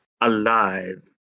alive